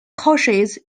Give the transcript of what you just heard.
courses